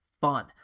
fun